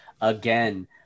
again